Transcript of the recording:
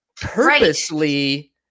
purposely